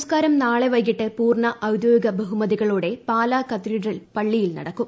സംസ്കാരം നാളെ വൈകിട്ട് പൂർണ ഔദ്യോഗിക ബ്ഹുമതികളോടെ പാലാ കത്തീഡ്രൽ പള്ളിയിൽ നടക്കും